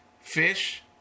Fish